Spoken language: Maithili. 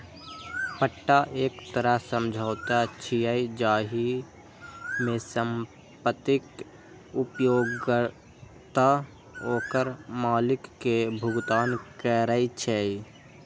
पट्टा एक तरह समझौता छियै, जाहि मे संपत्तिक उपयोगकर्ता ओकर मालिक कें भुगतान करै छै